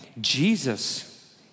Jesus